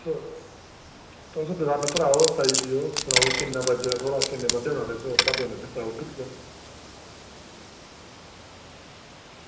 तुस दुकान उप्पर आओ साई देओ ते किन्ने बन्धे बनाने किन्ना बजट ऐ तुंदा एह् सनाई ओड़गे अस तुसेंगी